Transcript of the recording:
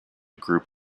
group